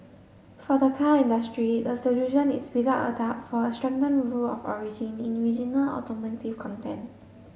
for the car industry the solution is without a doubt for a strengthened rule of origin in regional automotive content